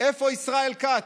איפה ישראל כץ,